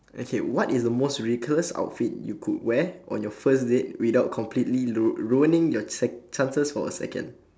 okay what is the most ridiculous outfit you could wear on your first date without completely ru~ ruining your sec~ chances for a second